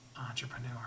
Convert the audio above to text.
Entrepreneur